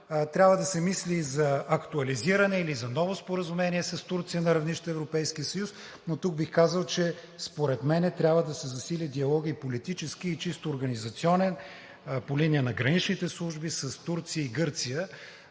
Трябва да се мисли и за актуализиране или за ново споразумение с Турция на равнище Европейски съюз, но тук бих казал, че според мен трябва да се засили диалогът – и политически, и чисто организационен, по линия на граничните служби с Турция и Гърция.